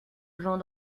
vent